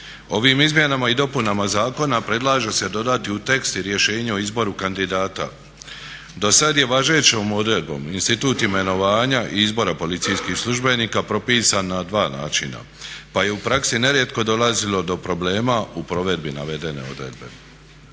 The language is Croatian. Ovim izmjenama i dopunama zakona predlaže se dodati u tekst i rješenje o izboru kandidata. Dosad je važećom odredbom institut imenovanja i izbora policijskih službenika propisan na dva način pa je u praksi nerijetko dolazilo do problema u provedbi navedene odredbe.